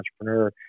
entrepreneur